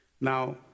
Now